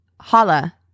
holla